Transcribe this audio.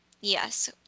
yes